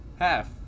half